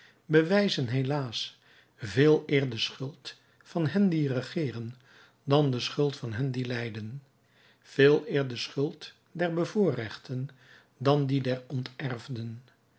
bewijzen helaas veeleer de schuld van hen die regeeren dan de schuld van hen die lijden veeleer de schuld der bevoorrechten dan die der